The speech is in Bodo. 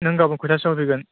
नों गाबोन खयथासोआव फैगोन